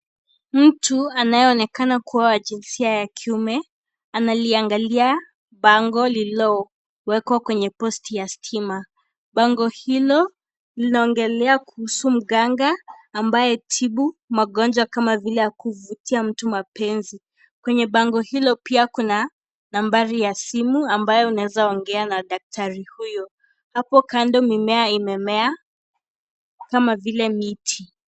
Mtu anayeonekana kuwa wa jinsia ya kiume analiangalia bango lililowekwa kwenye (CS)posti(CS) ya stima. Bango hilo linaongelelea kuhusu mganga anaye tibu magonjwa kama vile ya kuvutia mtu mapenzi, kwenye bango hilo pia kuna nambari ya simu ambaye unaeza ongea na daktari huyo hapo kando mimea imemea kama vile miti.